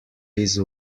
his